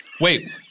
Wait